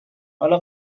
حالا